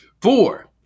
Four